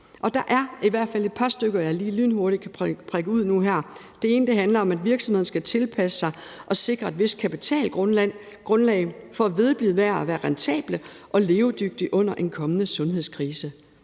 Og der er i hvert fald et par stykker af dem, jeg lige lynhurtigt kan prikke ud nu her. Det ene handler om, at virksomhederne skal tilpasse sig og sikre et vist kapitalgrundlag for at vedblive med at være rentable og levedygtige under en kommende sundhedskrise